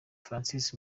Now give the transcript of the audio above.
francis